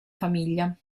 famiglia